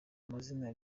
amazina